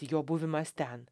jo buvimas ten